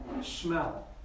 smell